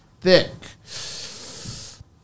thick